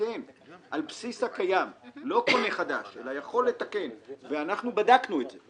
ומתקן על בסיס הקיים לא קונה חדש אלא יכול לתקן ואנחנו בדקנו את זה,